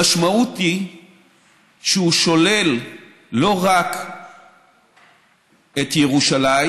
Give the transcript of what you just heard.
המשמעות היא שהוא שולל לא רק את ירושלים